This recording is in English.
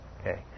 Okay